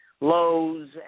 lows